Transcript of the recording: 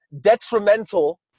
detrimental